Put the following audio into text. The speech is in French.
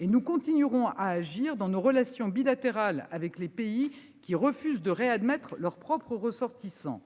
et nous continuerons à agir dans nos relations bilatérales avec les pays qui refuse de réadmettre leurs propres ressortissants.--